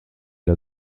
der